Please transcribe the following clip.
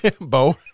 Bo